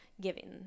giving